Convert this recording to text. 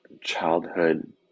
childhood